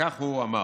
וכך הוא אמר: